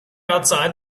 outside